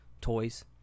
toys